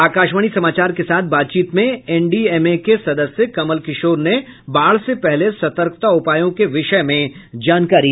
आकाशवाणी समाचार के साथ बातचीत में एन डी एम ए के सदस्य कमल किशोर ने बाढ़ से पहले सतर्कता उपायों के विषय में जानकारी दी